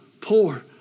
poor